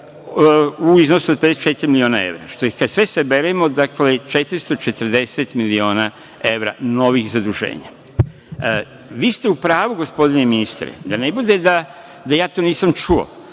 u iznosu od 54 miliona evra, što je kad sve saberemo 440 miliona evra novih zaduženja. Vi ste u pravu, gospodine ministre, da ne bude da ja to nisam čuo,